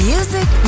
Music